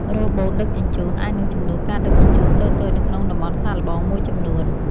រ៉ូបូតដឹកជញ្ជូន អាចនឹងជំនួសការដឹកជញ្ជូនតូចៗនៅក្នុងតំបន់សាកល្បងមួយចំនួន។